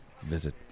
visit